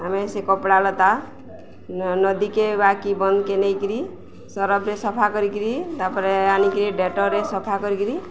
ଆମେ ସେ କପଡ଼ାଲତା ନଦୀକେ ବା କି ବନ୍ଦକେ ନେଇକିରି ସରଫରେ ସଫା କରିକିରି ତାପରେ ଆଣିକିରି ଡେଟରେ ସଫା କରିକିରି